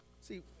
See